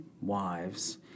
wives